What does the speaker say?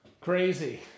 Crazy